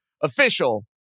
official